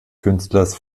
künstlers